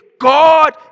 God